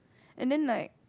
and then like